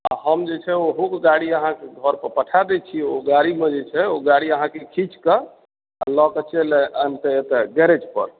आ हम जे छै ओ हुक गाड़ी अहाँके घर पर पठा दै छी ओ गाड़ीमे जे छै ओ गाड़ी अहाँके खीँचके आ लऽके चैल अनतै एतऽ गैरेज पर